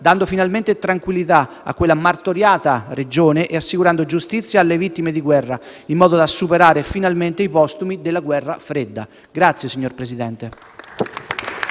dando finalmente tranquillità a quella martoriata regione e assicurando giustizia alle vittime di guerra, in modo da superare finalmente i postumi della guerra fredda. *(Applausi dal